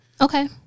Okay